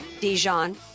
Dijon